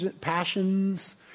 passions